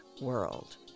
world